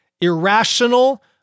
irrational